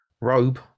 robe